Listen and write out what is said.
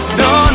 no